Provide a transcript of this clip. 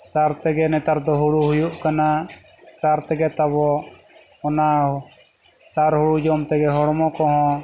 ᱥᱟᱨ ᱛᱮᱜᱮ ᱱᱮᱛᱟᱨ ᱫᱚ ᱦᱩᱲᱩ ᱦᱩᱭᱩᱜ ᱠᱟᱱᱟ ᱥᱟᱨ ᱛᱮᱜᱮ ᱛᱟᱵᱚ ᱚᱱᱟ ᱥᱟᱨ ᱦᱩᱲᱩ ᱡᱚᱢ ᱛᱮᱜᱮ ᱦᱚᱲᱢᱚ ᱠᱚᱦᱚᱸ